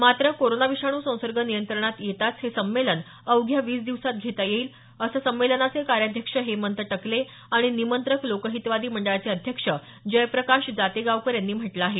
मात्र कोरोना विषाणू संसर्ग नियंत्रणात येताच हे संमेलन अवघ्या वीस दिवसांत घेता येईल असं संमेलनाचे कार्याध्यक्ष हेमंत टकले आणि निमंत्रक लोकहितवादी मंडळाचे अध्यक्ष जयप्रकाश जातेगावकर यांनी म्हटलं आहे